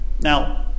Now